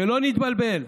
"שלא נתבלבל,